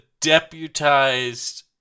deputized